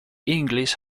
english